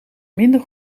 minder